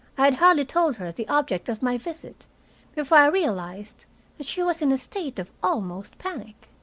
i had hardly told her the object of my visit before i realized that she was in a state of almost panic.